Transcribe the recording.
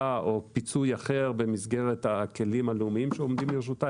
או פיצוי אחר במסגרת הכלים הלאומיים שעומדים לרשותה,